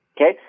Okay